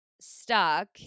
stuck